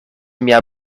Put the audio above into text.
mia